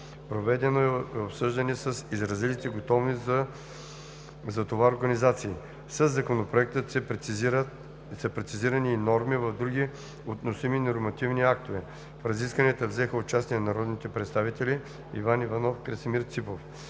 Проведено е обсъждане с изразилите готовност за това организации. Със Законопроекта са прецизирани и норми в други относими нормативни актове. В разискванията взеха участие народните представители Иван Иванов и Красимир Ципов.